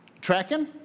Tracking